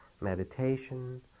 meditation